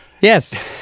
Yes